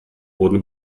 wurden